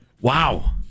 Wow